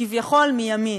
כביכול מימין.